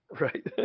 Right